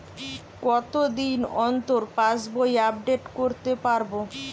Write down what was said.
কতদিন অন্তর পাশবই আপডেট করতে পারব?